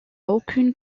aucune